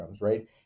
right